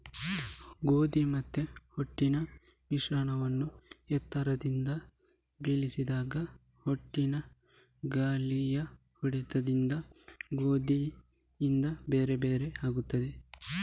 ಗೋಧಿ ಮತ್ತೆ ಹೊಟ್ಟಿನ ಮಿಶ್ರಣವನ್ನ ಎತ್ತರದಿಂದ ಬೀಳಿಸಿದಾಗ ಹೊಟ್ಟು ಗಾಳಿಯ ಹೊಡೆತದಿಂದ ಗೋಧಿಯಿಂದ ಬೇರೆ ಆಗ್ತದೆ